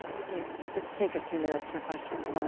okay, let's take a few minutes for questions. so